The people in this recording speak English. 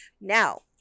Now